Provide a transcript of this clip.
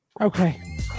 Okay